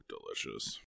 delicious